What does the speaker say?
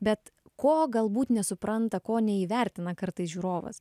bet ko galbūt nesupranta ko neįvertina kartais žiūrovas